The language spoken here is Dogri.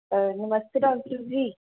नमस्ते डाक्टर जी